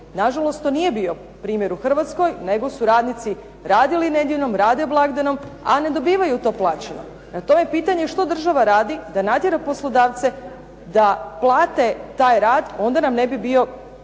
Nažalost, to nije bio primjer u Hrvatskoj nego su radnici radili nedjeljom, rade blagdanom a ne dobivaju to plaćeno. Prema tome, pitanje je što država radi da natjera poslodavce da plate taj rad, onda nam ne bi bio